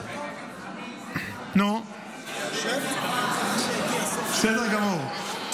--- בסדר גמור.